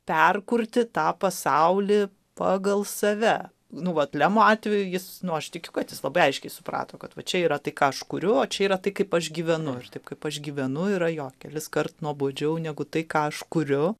perkurti tą pasaulį pagal save nu vat lemo atveju jis nu aš tikiu kad jis labai aiškiai suprato kad va čia yra tai kažkurio čia yra tai kaip aš gyvenu taip kaip aš gyvenu yra jo keliskart nuobodžiau negu tai ką aš kuriu